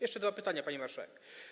Jeszcze dwa pytania, pani marszałek.